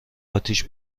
آتیش